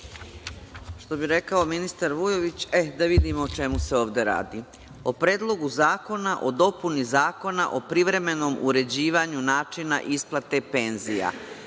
Što bi rekao ministar Vujović, eh da vidimo o čemu se ovde radi. O Predlogu zakona o dopuni Zakona o privremenom uređivanju načina isplate penzija.